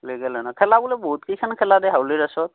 লিগেলে ন খেলা বোলে বহুতকেইখন খেলা দিয়ে হাউলীৰ ৰাসত